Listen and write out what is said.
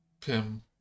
Pim